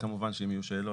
וכמובן שאם יהיו שאלות,